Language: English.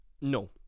No